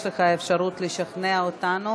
יש לך אפשרות לשכנע אותנו.